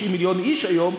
90 מיליון איש היום,